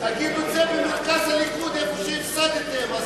זה במרכז הליכוד, איפה שהפסדתם.